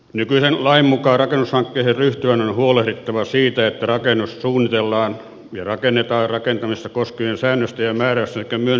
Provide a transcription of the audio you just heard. nykyisen lain mukaan rakennushankkeeseen ryhtyvän on huolehdittava siitä että rakennus suunnitellaan ja rakennetaan rakentamista koskevien säännösten ja määräysten sekä myönnetyn luvan mukaisesti